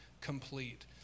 complete